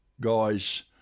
guys